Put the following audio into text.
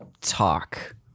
talk